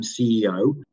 CEO